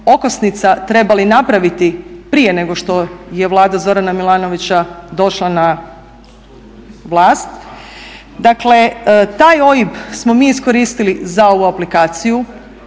okosnica, trebali napraviti prije nego što je Vlada Zorana Milanovića došla na vlast. Dakle taj OIB smo mi iskoristili za ovu aplikaciju,